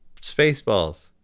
Spaceballs